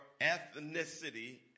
ethnicity